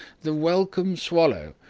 the welcome swallow,